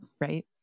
right